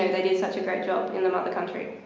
they did such a great job in the mother country.